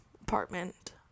apartment